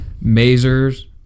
Mazer's